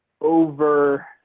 over –